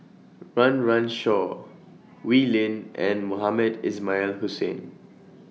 Run Run Shaw Wee Lin and Mohamed Ismail Hussain